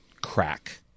crack